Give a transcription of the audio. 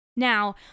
Now